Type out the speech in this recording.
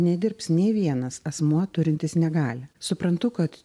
nedirbs nei vienas asmuo turintis negalią suprantu kad